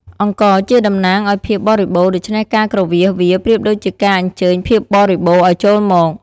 អង្ករជាតំណាងឲ្យភាពបរិបូរណ៍ ដូច្នេះការគ្រវាសវាប្រៀបដូចជាការអញ្ជើញភាពបរិបូរណ៍ឱ្យចូលមក។